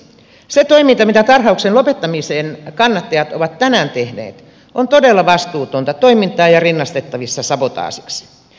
se toiminta mitä tarhauksen lopettamisen kannattajat ovat tänään tehneet on todella vastuutonta toimintaa ja rinnastettavissa sabotaasiksi